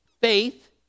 faith